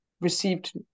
received